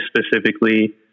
specifically